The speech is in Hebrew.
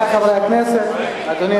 נמנעים, אין.